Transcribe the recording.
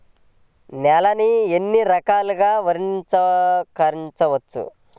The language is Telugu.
నేలని ఎన్ని రకాలుగా వర్గీకరించవచ్చు?